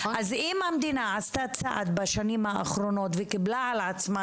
אז אם המדינה עשתה צעד בשנים האחרונות וקיבלה על עצמה